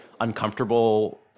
uncomfortable